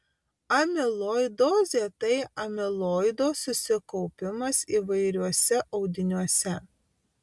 amiloidozė tai amiloido susikaupimas įvairiuose audiniuose